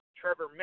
Trevor